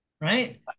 right